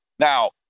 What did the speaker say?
Now